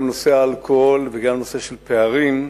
גם נושא האלכוהול וגם הנושא של הפערים,